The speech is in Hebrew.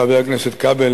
חבר הכנסת כבל,